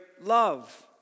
love